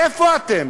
איפה אתם?